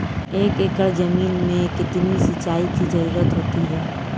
एक एकड़ ज़मीन में कितनी सिंचाई की ज़रुरत होती है?